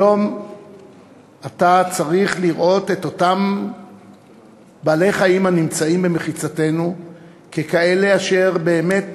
היום אתה צריך לראות את אותם בעלי-חיים הנמצאים במחיצתנו ככאלה אשר באמת